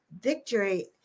victory